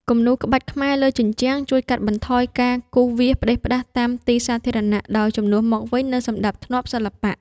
គំនូរក្បាច់ខ្មែរលើជញ្ជាំងជួយកាត់បន្ថយការគូរវាសផ្ដេសផ្ដាស់តាមទីសាធារណៈ ដោយជំនួសមកវិញនូវសណ្ដាប់ធ្នាប់សិល្បៈ។